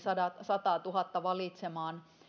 sataatuhatta valitsemaan